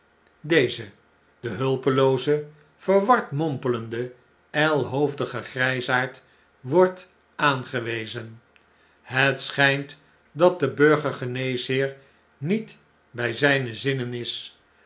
deze de hulpelooze verward mompelende jjlhoofdige grjjsaard wordt aangewezen het schpt dat de burger geneesheer niet bjj zpe zinnen is